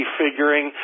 figuring